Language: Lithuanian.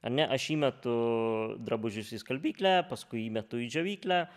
ar ne aš įmetu drabužius į skalbyklę paskui įmetu į džiovyklę